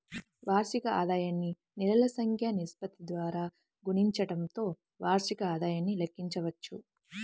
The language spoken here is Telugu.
వార్షిక ఆదాయాన్ని నెలల సంఖ్య నిష్పత్తి ద్వారా గుణించడంతో వార్షిక ఆదాయాన్ని లెక్కించవచ్చు